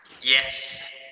Yes